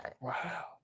Wow